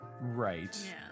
Right